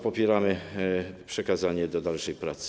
Popieramy przekazanie do dalszych prac.